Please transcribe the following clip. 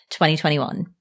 2021